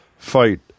fight